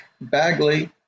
Bagley